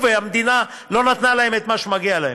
והמדינה לא נתנה להם את מה שמגיע להם,